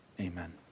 amen